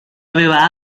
aveva